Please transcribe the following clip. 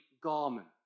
garment